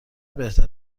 بهتر